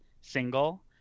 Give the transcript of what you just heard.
single